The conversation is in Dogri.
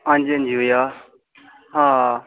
हां जी हां जी भैया आ